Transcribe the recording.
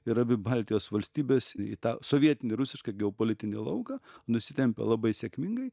ir abi baltijos valstybes į tą sovietinį rusišką geopolitinį lauką nusitempia labai sėkmingai